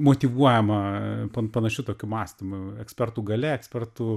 motyvuojama panašiu tokiu mąstymu ekspertų galia ekspertų